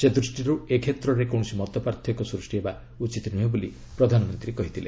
ସେଦୃଷ୍ଟିର୍ ଏକ୍ଷେତ୍ରରେ କୌଣସି ମତପାର୍ଥକ୍ୟ ସୃଷ୍ଟି ହେବା ଉଚିତ୍ ନୁହେଁ ବୋଲି ପ୍ରଧାନମନ୍ତ୍ରୀ କହିଥିଲେ